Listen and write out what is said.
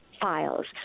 files